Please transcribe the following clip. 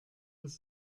das